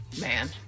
man